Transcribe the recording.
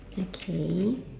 okay